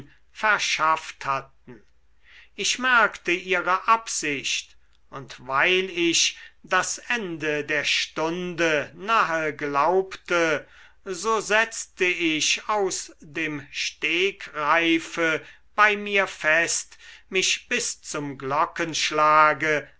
verschafft hatten ich merkte ihre absicht und weil ich das ende der stunde nahe glaubte so setzte ich aus dem stegreife bei mir fest mich bis zum